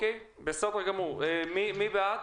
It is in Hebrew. מי בעד?